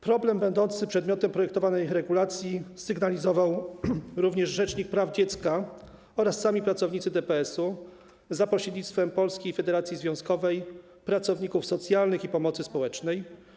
Problem będący przedmiotem projektowanej regulacji sygnalizowali również rzecznik praw dziecka oraz sami pracownicy DPS-u za pośrednictwem Polskiej Federacji Związkowej Pracowników Socjalnych i Pomocy Społecznej.